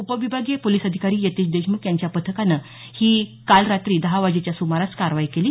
उपविभागीय पोलीस अधिकारी यतीश देशमुख यांच्या पथकानं काल रात्री दहा वाजेच्या सुमारास ही कारवाई केली